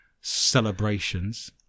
celebrations